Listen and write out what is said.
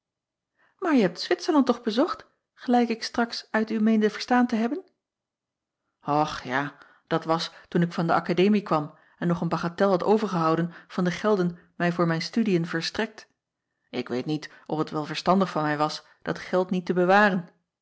aar je hebt witserland toch bezocht gelijk ik straks uit u meende verstaan te hebben ch ja dat was toen ik van de akademie kwam en nog een bagatel had overgehouden van de gelden mij acob van ennep laasje evenster delen voor mijn studiën verstrekt k weet niet of het wel verstandig van mij was dat geld niet te bewaren